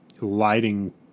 lighting